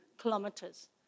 kilometers